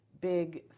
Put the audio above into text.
big